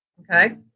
Okay